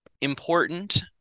important